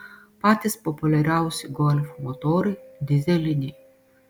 patys populiariausi golf motorai dyzeliniai